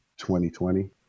2020